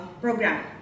program